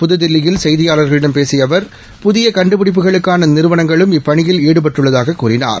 புத்தில்லியில் செய்தியாளாகளிடம் பேசிய அவர் புதிய கண்டுபிடிப்புகளுக்கான நிறுவனங்களும் இன்று இப்பணியில் ஈடுபட்டுள்ளதாகக் கூறினார்